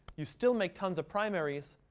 you still make tons of primaries,